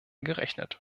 gerechnet